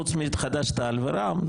חוץ מחד"ש תע"ל ורע"מ,